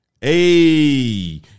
Hey